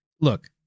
look